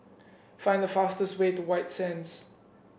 find the fastest way to White Sands